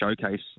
showcase